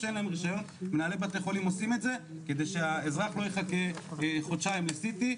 מנהלי בתי חולים עושים את זה כדי שהאזרח לא יחכה חודשיים ל-CT.